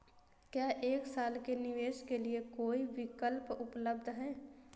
क्या एक साल के निवेश के लिए कोई विकल्प उपलब्ध है?